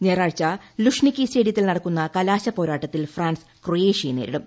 ഞായറാഴ്ച ലൂഷ്നിക്കി സ്റ്റേഡിയത്തിൽ നടക്കുന്ന കലാശപോരാട്ടത്തിൽ ഫ്രാൻസ് ക്രൊയേഷ്യയെ നേരിടും